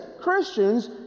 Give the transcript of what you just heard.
Christians